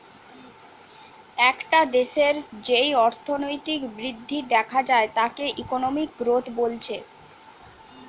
একটা দেশের যেই অর্থনৈতিক বৃদ্ধি দেখা যায় তাকে ইকোনমিক গ্রোথ বলছে